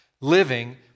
living